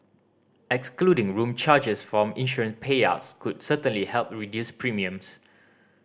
excluding room charges from insurance payouts could certainly help reduce premiums